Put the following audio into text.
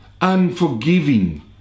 unforgiving